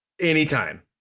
anytime